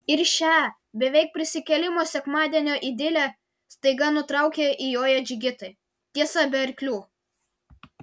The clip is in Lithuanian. ir šią beveik prisikėlimo sekmadienio idilę staiga nutraukia įjoję džigitai tiesa be arklių